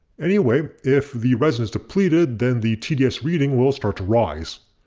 anyway, if the resin is depleted then the tds reading will start to rise.